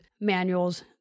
manuals